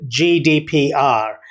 GDPR